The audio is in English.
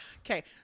Okay